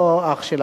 לא אח שלך,